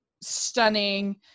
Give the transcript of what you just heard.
stunning